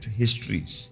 histories